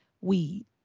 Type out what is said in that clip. weed